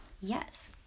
Yes